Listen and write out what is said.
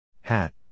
Hat